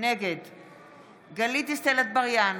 נגד גלית דיסטל אטבריאן,